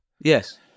yes